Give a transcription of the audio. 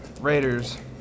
Raiders